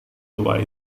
tua